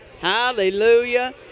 Hallelujah